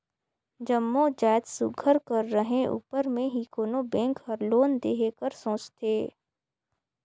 जम्मो जाएत सुग्घर कर रहें उपर में ही कोनो बेंक हर लोन देहे कर सोंचथे